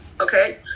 okay